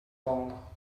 all